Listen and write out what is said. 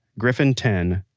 griffin ten,